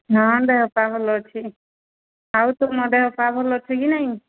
ହଁ ଦେହପା ଭଲ ଅଛି ଆଉ ତୁମ ଦେହପା ଭଲ ଅଛି କି ନାଇଁ